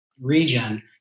region